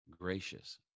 gracious